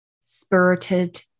spirited